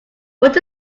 what